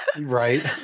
Right